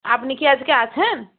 আপনি কি আজকে আছেন